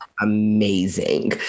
amazing